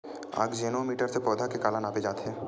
आकजेनो मीटर से पौधा के काला नापे जाथे?